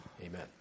Amen